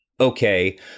Okay